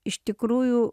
iš tikrųjų